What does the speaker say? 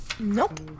Nope